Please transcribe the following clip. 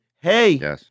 hey